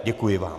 Děkuji vám.